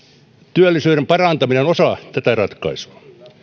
työllisyyden parantaminen on osa tätä ratkaisua